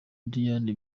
diane